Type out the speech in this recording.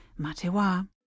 Matewa